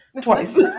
twice